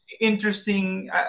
interesting